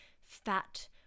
fat